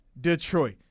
Detroit